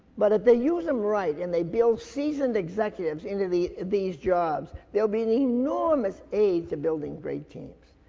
but if they use them right and they build seasoned executives into the, these jobs they'll be an enormous aid to building great teams.